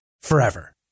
Forever